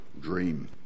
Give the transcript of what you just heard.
dream